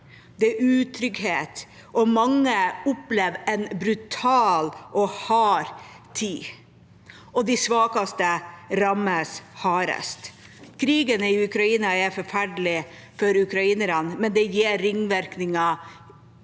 det er utrygghet. Mange opplever en brutal og hard tid, og de svakeste rammes hardest. Krigen i Ukraina er forferdelig for ukrainerne, og den gir ringvirkninger